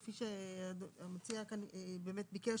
כפי שהמציע ביקש,